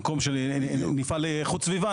במקום שנפעל לאיכות סיבה,